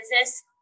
business